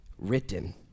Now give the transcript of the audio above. written